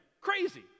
Crazy